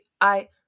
I-